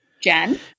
Jen